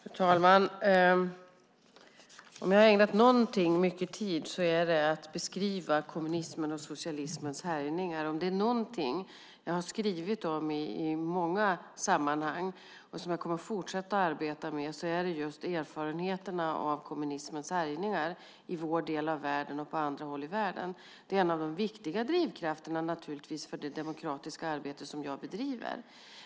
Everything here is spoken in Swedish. Fru talman! Om jag har ägnat någonting mycket tid är det att beskriva kommunismens och socialismens härjningar. Om det är någonting jag har skrivit om i många sammanhang och kommer att fortsätta att arbeta med är det just erfarenheterna av kommunismens härjningar i vår del av världen och på andra håll i världen. Det är en av de viktiga drivkrafterna för det demokratiska arbete som jag bedriver.